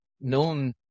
known